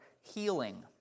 healing